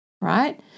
right